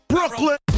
Brooklyn